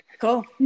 cool